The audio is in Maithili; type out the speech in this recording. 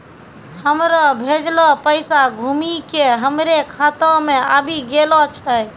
हमरो भेजलो पैसा घुमि के हमरे खाता मे आबि गेलो छै